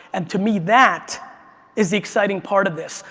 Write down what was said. and to me, that is the exciting part of this.